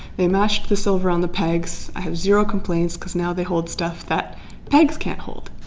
they matched the silver on the pegs i have zero complaints because now they hold stuff that pegs can't hold.